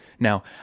Now